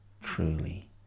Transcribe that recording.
truly